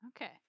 Okay